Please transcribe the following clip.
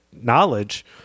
knowledge